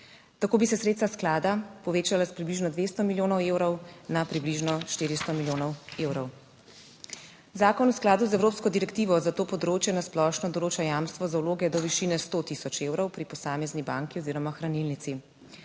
Tako bi se sredstva sklada povečala iz približno 200 milijonov evrov na približno 400 milijonov evrov. Zakon v skladu z evropsko direktivo za to področje na splošno določa jamstvo za vloge do višine 100000 evrov pri posamezni banki oziroma hranilnici.